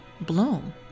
bloom